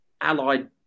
allied